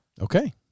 Okay